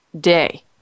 Day